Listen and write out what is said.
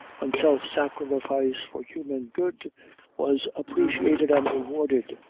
when self-sacrifice for human good was appreciated and rewarded.